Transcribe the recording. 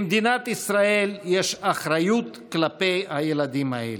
למדינת ישראל יש אחריות כלפי הילדים האלה.